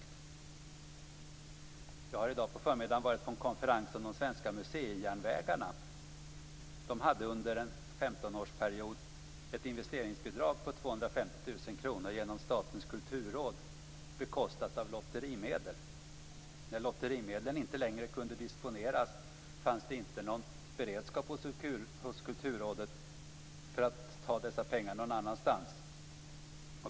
Jag var i dag på förmiddagen på en konferens om de svenska museijärnvägarna. Under en femtonårsperiod hade de ett investeringsbidrag på 250 000 kr genom Statens Kulturråd, bekostat av lotterimedel. När lotterimedlen inte längre kunde disponeras fanns det inte någon beredskap hos Kulturrådet för att ta dessa pengar någon annanstans.